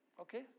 Okay